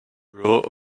rule